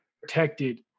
Protected